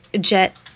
Jet